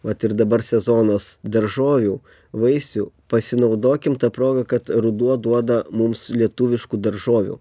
vat ir dabar sezonas daržovių vaisių pasinaudokim ta proga kad ruduo duoda mums lietuviškų daržovių